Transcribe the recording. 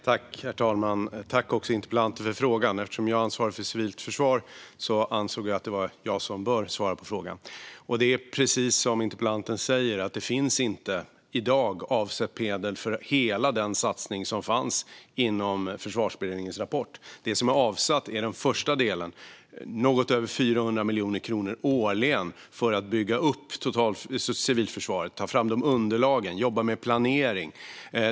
Herr talman! Jag tackar för frågan. Eftersom jag ansvarar för civilt försvar anser jag att det bör vara jag som svarar på frågan. Det är precis som frågeställaren säger. Det finns inte i dag avsatt medel för hela satsningen som fanns inom Försvarsberedningens rapport. Det som är avsatt är den första delen, något över 400 miljoner kronor årligen, för att bygga upp civilförsvaret och att ta fram de underlagen och jobba med planering.